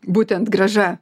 būtent grąža